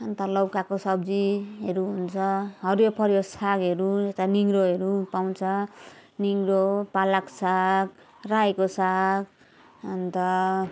अन्त लौकाको सब्जीहरू हुन्छ हरियोपरियो सागहरू यता निगुरोहरू पाउँछ निगुरो पालक साग रायाको साग अन्त